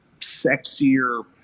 sexier